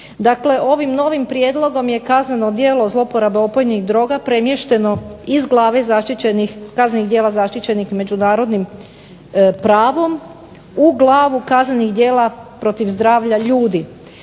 ovim novim prijedlogom je kazneno djelo zlouporabe opojnih droga premješteno iz glave kaznenih djela zaštićenih međunarodnim pravom u glavu kaznenih djela protiv zdravlja ljudi.